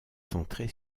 centrée